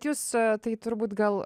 jūs tai turbūt gal